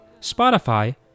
Spotify